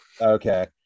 Okay